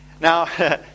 Now